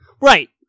Right